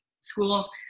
school